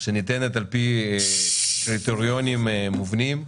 שניתנת על פי קריטריונים מובנים.